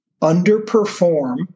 underperform